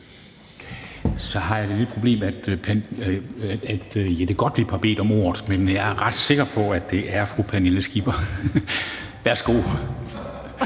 Så har jeg det lille problem, at det ser ud, som om Jette Gottlieb har bedt om ordet, men jeg er ret sikker på, at det er fru Pernille Skipper. Værsgo.